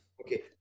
Okay